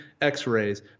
X-rays